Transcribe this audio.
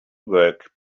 work